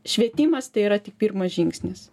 švietimas tai yra tik pirmas žingsnis